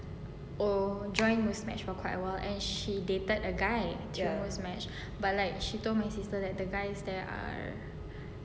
join Muzmatch for quite a while and she dated a guy on Muzmatch but like she told my sister that the guy is that uh